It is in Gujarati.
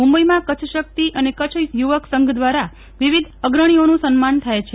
મુંબઈમાં કચ્છશક્તિ અને કચ્છ યુવક સંઘ દ્વારા વિવિધ અને અગ્રણીઓનું સન્માન થાય છે